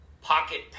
pocket